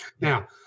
Now